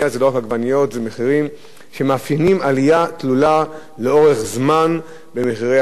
זה בעצם מחיר שמאפיין עלייה תלולה לאורך זמן במחירי הפירות והירקות.